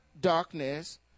darkness